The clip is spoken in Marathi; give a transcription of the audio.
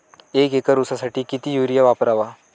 एक एकर ऊसासाठी किती युरिया वापरावा?